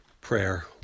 prayer